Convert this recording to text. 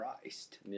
Christ